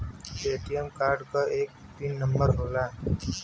ATM card क एक pin number होला